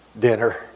dinner